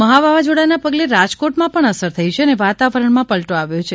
મહા વાવાઝોડાના પગલે રાજકોટમાં પણ અસર થઈ છે અને વાતાવરણમાં પલટો આવ્યો છે